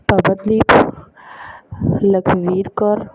Pawandeep Lakhvir Kaur